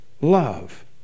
love